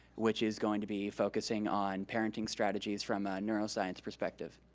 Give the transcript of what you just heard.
which is going to be focusing on parenting strategies from a neuroscience perspective.